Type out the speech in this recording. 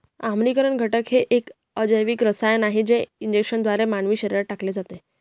आम्लीकरण घटक हे एक अजैविक रसायन आहे जे इंजेक्शनद्वारे मानवी शरीरात टाकले जाते